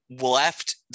left